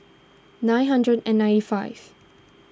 nine hundred and ninety five